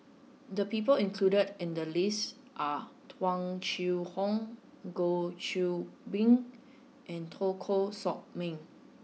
the people included in the list are Tung Chye Hong Goh Qiu Bin and Teo Koh Sock Miang